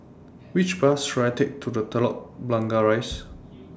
Which Bus should I Take to The Telok Blangah Rise